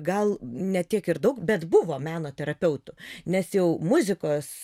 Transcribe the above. gal ne tiek ir daug bet buvo meno terapeutų nes jau muzikos